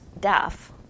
deaf